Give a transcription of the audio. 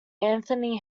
anthony